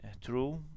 true